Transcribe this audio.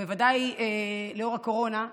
בוודאי לנוכח הקורונה.